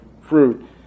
fruit